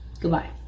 Goodbye